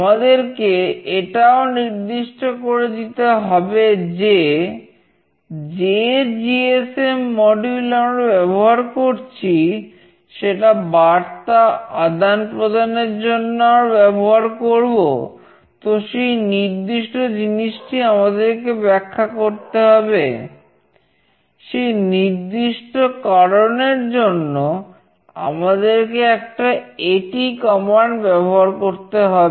আমাদেরকে এটাও নির্দিষ্ট করে দিতে হবে যে যে জিএসএম ব্যবহার করতে হবে